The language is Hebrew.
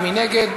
מי נגד?